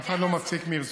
אף אחד לא מפסיק מרצונו.